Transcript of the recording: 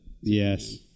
Yes